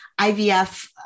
IVF